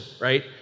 right